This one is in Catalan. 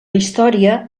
història